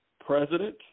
president